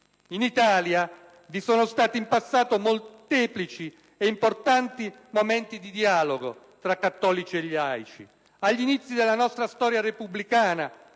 In Italia, vi sono stati in passato molteplici e importanti momenti di dialogo tra cattolici e laici: agli inizi della nostra storia repubblicana,